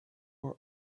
were